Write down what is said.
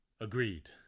Agreed